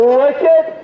wicked